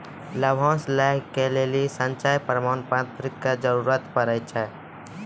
लाभांश लै के लेली संचय प्रमाण पत्र के जरूरत पड़ै छै